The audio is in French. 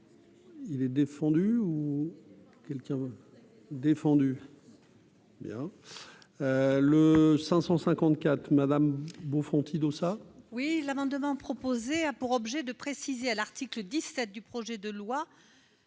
tient défendu bien. Le 554 Madame Bonfanti Dossat. Oui, l'amendement proposé a pour objet de préciser à l'article 17 du projet de loi